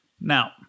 Now